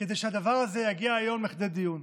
כדי שהדבר הזה יגיע היום לכדי דיון.